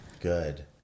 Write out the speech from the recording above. Good